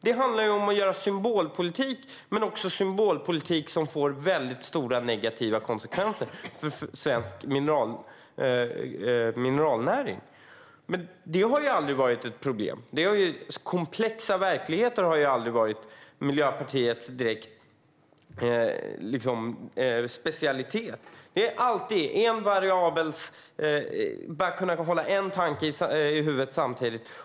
Det handlar om att göra symbolpolitik, och det är en symbolpolitik som får väldigt stora negativa konsekvenser för svensk mineralnäring. Men en komplex verklighet har ju aldrig varit ett problem för Miljöpartiet. En komplex verklighet har aldrig varit Miljöpartiets specialitet direkt. Det har bara handlat om en variabel och att bara kunna hålla en tanke i huvudet samtidigt.